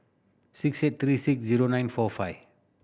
six eight three six zero nine four five